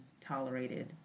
tolerated